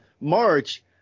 March